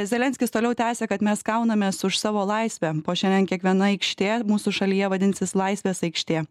zelenskis toliau tęsia kad mes kaunamės už savo laisvę po šiandien kiekviena aikštė mūsų šalyje vadinsis laisvės aikštė